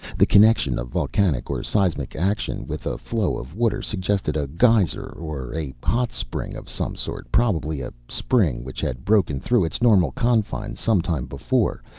the connection of volcanic or seismic action with a flow of water suggested a geyser or a hot spring of some sort, probably a spring which had broken through its normal confines some time before,